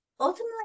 ultimately